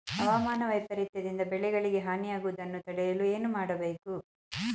ಹವಾಮಾನ ವೈಪರಿತ್ಯ ದಿಂದ ಬೆಳೆಗಳಿಗೆ ಹಾನಿ ಯಾಗುವುದನ್ನು ತಡೆಯಲು ಏನು ಮಾಡಬೇಕು?